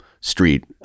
Street